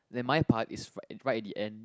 then my part is r~ right at the end